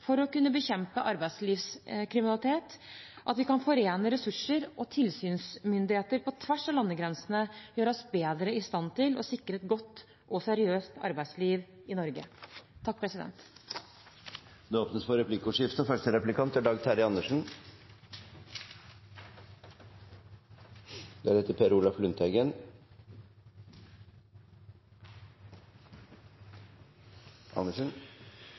for å kunne bekjempe arbeidslivskriminalitet. At vi kan forene ressurser og tilsynsmyndigheter på tvers av landegrensene, gjør oss bedre i stand til å sikre et godt og seriøst arbeidsliv i Norge. Det blir replikkordskifte. Jeg vil bare presisere – for